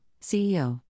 CEO